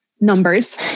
numbers